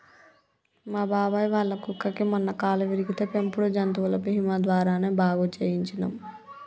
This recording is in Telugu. మా బాబాయ్ వాళ్ళ కుక్కకి మొన్న కాలు విరిగితే పెంపుడు జంతువుల బీమా ద్వారానే బాగు చేయించనం